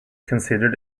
considered